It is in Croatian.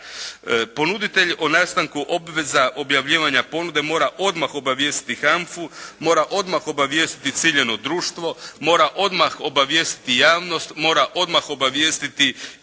Ponuditelj o nastanku obveza objavljivanja ponude mora odmah obavijestiti HANFA-u, mora odmah obavijestiti ciljano društvo, mora odmah obavijestiti javnost, mora odmah obavijestiti